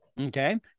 Okay